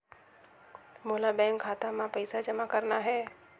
मोला बैंक खाता मां पइसा जमा करना हे?